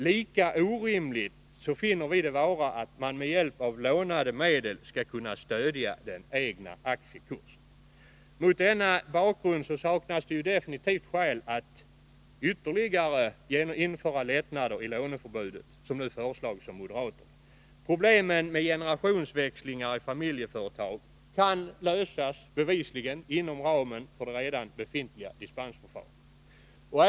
Lika orimligt finner vi det vara att man med hjälp av lånade medel skall kunna stödja den egna aktiekursen. Mot denna bakgrund saknas det definitivt skäl att införa ytterligare lättnader i låneförbudet, vilket nu föreslagits av moderaterna. Problemen med generationsväxlingar i familjeföretag kan bevisligen lösas inom ramen för det redan befintliga dispensförfarandet.